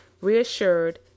reassured